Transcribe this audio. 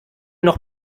noch